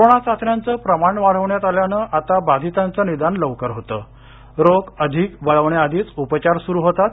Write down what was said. corona चाचण्यांचं प्रमाण वाढवण्यात आल्यानं आता बाधितांचं निदान लवकर होतं रोग अधिक बळावण्याआधीच उपचार सुरू होतात